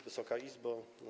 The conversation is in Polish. Wysoka Izbo!